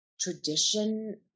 tradition